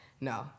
No